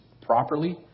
properly